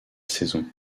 saison